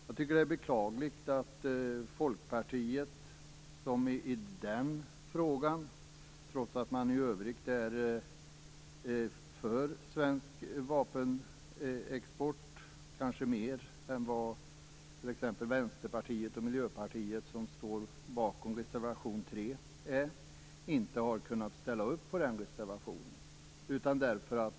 Jag tycker att det är beklagligt att Folkpartiet, som i övrigt kanske i större utsträckning än t.ex. Vänsterpartiet och Miljöpartiet - som står bakom res. 3 - är för svensk vapenexport, inte har kunnat ställa upp på den reservationen.